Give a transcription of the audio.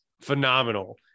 phenomenal